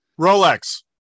Rolex